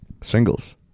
Singles